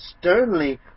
sternly